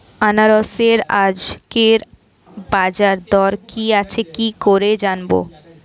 আনারসের আজকের বাজার দর কি আছে কি করে জানবো?